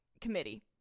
Committee